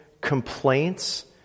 complaints